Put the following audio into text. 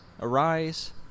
Arise